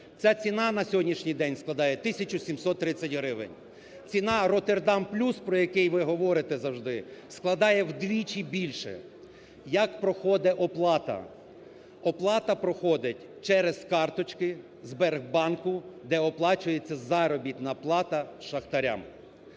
Ця ціна на сьогоднішній день складає тисячу 730 гривень. Ціна "Роттердам плюс", про який ви говорите завжди, складає вдвічі більше. Як проходить оплата? Оплата проходить через карточки "Сбербанку", де оплачується заробітна плата шахтарям.